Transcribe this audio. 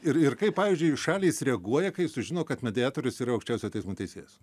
ir ir kaip pavyzdžiui šalys reaguoja kai sužino kad mediatorius yra aukščiausiojo teismo teisėjas